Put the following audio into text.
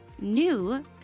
new